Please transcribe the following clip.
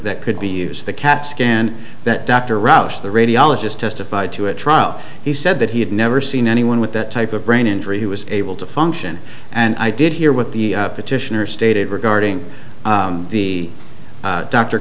that could be used the cat scan that dr roush the radiologist testified to a trial he said that he had never seen anyone with that type of brain injury who was able to function and i did hear what the petitioner stated regarding the doctor